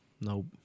Nope